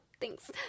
thanks